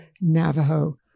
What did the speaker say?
Navajo